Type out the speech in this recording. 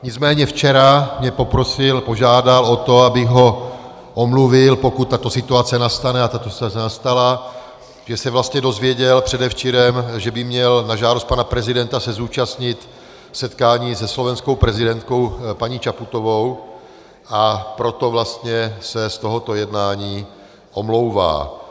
Nicméně včera mě poprosil, požádal o to, abych ho omluvil, pokud tato situace nastane, a tato situace nastala, že se vlastně dověděl předevčírem, že by se měl na žádost pana prezidenta zúčastnit setkání se slovenskou prezidentkou paní Čaputovou, a proto vlastně se z tohoto jednání omlouvá.